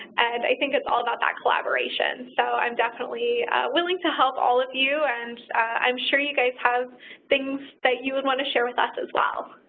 and i think it's all about that collaboration, so i'm definitely willing to help all of you, and i'm sure you guys have things that you would want to share with us as well.